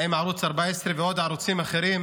עם ערוץ 14 ועם עוד ערוצים אחרים,